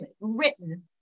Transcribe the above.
written